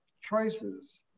choices